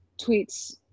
tweets